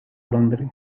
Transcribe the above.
londres